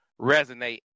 resonate